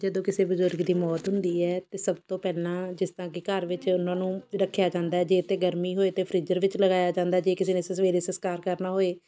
ਜਦੋਂ ਕਿਸੇ ਬਜ਼ੁਰਗ ਦੀ ਮੌਤ ਹੁੰਦੀ ਹੈ ਤਾਂ ਸਭ ਤੋਂ ਪਹਿਲਾਂ ਜਿਸ ਤਰ੍ਹਾਂ ਕਿ ਘਰ ਵਿੱਚ ਉਹਨਾਂ ਨੂੰ ਰੱਖਿਆ ਜਾਂਦਾ ਜੇ ਤਾਂਗਰਮੀ ਹੋਏ ਤਾਂ ਫ੍ਰਿਜਰ ਵਿੱਚ ਲਗਾਇਆ ਜਾਂਦਾ ਜੇ ਕਿਸੇ ਨੇ ਸਵੇਰੇ ਸੰਸਕਾਰ ਕਰਨਾ ਹੋਏ